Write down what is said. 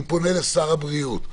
אני פונה לשר הבריאות,